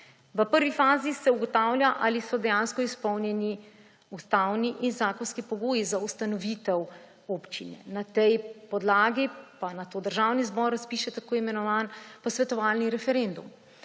V prvi fazi se ugotavlja, ali so dejansko izpolnjeni ustavni in zakonski pogoji za ustanovitev občine. Na tej podlagi pa nato Državni zbor razpiše tako imenovani posvetovalni referendum,